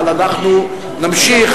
אבל אנחנו נמשיך,